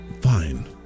fine